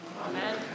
Amen